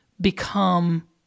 become